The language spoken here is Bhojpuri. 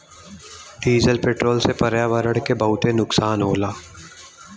डीजल पेट्रोल से पर्यावरण के बहुते नुकसान होला